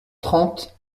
trente